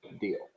Deal